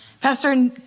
Pastor